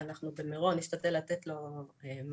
ואנחנו במירון נשתדל לתת לו מענה.